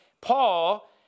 Paul